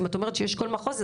אם את אומרת שיש כל מחוז,